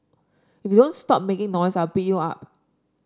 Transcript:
if you don't stop making noise I'll beat you up